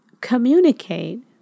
communicate